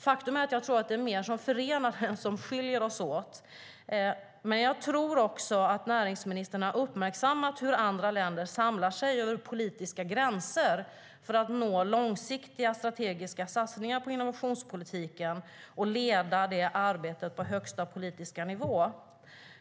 Faktum är att jag tror att det är mer som förenar än som skiljer oss åt. Jag tror också att näringsministern har uppmärksammat hur andra länder samlar sig över politiska gränser för att nå långsiktiga strategiska satsningar på innovationspolitiken och leda det arbetet på högsta politiska nivå.